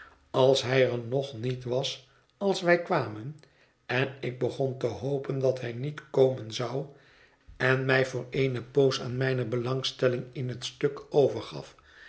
als hij er nog niet was als wij kwamen en ik begon te hopen dat hij niet komen zou en mij voor eène poos aan mijne belangstelling in het stuk overgaf